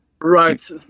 Right